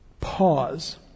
pause